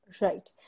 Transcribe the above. Right